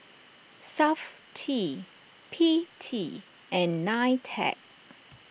Safti P T and Nitec